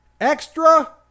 extra